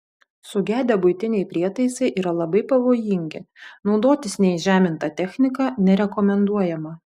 sugedę buitiniai prietaisai yra labai pavojingi naudotis neįžeminta technika nerekomenduojama